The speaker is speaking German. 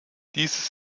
dieses